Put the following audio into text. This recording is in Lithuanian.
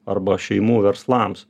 arba šeimų verslams